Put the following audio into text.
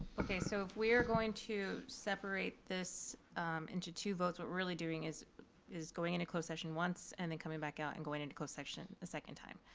okay, so if we are going to separate this into two votes, what we're really doing is is going into closed session once, and then coming back out, and going into closed session a second time.